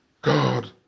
God